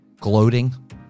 Gloating